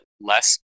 less